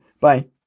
Bye